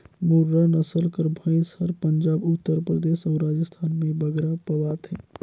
मुर्रा नसल कर भंइस हर पंजाब, उत्तर परदेस अउ राजिस्थान में बगरा पवाथे